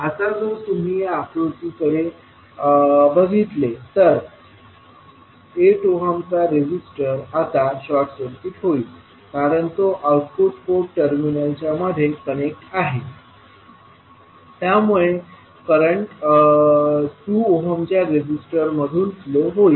आता जर तुम्ही या आकृती कडे बघितले तर 8 ओहमचा रेजिस्टर आता शॉर्ट सर्किट होईल कारण तो आउटपुट पोर्ट टर्मिनलच्या मध्ये कनेक्ट आहे त्यामुळे करंट 2 ओहमच्या रेजिस्टर मधून फ्लो होईल